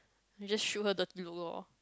then just shoot her dirty look lor